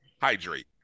hydrate